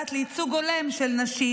שנוגעת לייצוג הולם של נשים